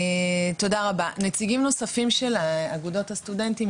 נציגים נוספים של אגודות הסטודנטים,